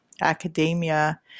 academia